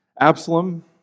Absalom